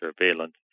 surveillance